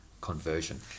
conversion